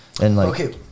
Okay